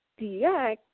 DX